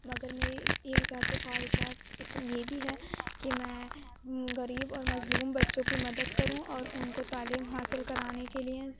مگر میری ایک ذاتی خواہشات اتنی یہ بھی ہے کہ میں غریب اور مظلوم بچوں کی مدد کروں اور ان کو تعلیم حاصل کرانے کے لیے